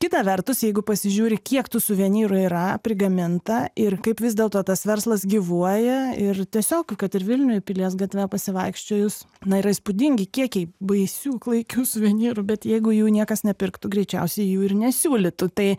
kita vertus jeigu pasižiūri kiek tų suvenyrų yra prigaminta ir kaip vis dėlto tas verslas gyvuoja ir tiesiog kad ir vilniuj pilies gatve pasivaikščiojus na yra įspūdingi kiekiai baisių klaikių suvenyrų bet jeigu jų niekas nepirktų greičiausiai jų ir nesiūlytų tai